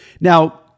Now